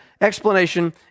explanation